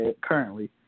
currently